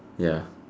ya